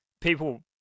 people